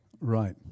Right